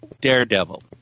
Daredevil